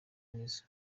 nizo